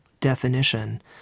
definition